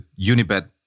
Unibet